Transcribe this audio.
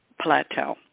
plateau